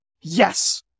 Yes